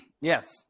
Yes